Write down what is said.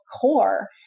core